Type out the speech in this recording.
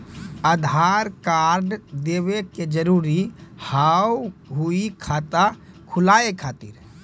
आधार कार्ड देवे के जरूरी हाव हई खाता खुलाए खातिर?